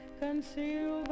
conceal